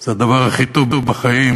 זה הדבר הכי טוב בחיים,